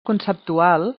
conceptual